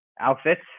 outfits